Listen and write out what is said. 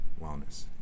wellness